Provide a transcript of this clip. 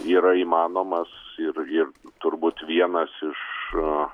yra įmanomas ir ir turbūt vienas iš